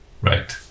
Right